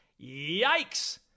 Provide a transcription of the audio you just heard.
Yikes